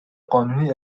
قانونی